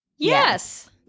Yes